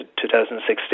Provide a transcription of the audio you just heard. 2016